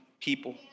people